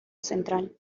central